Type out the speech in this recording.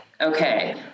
okay